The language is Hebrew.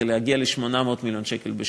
כדי להגיע ל-800 מיליון שקל בשנה.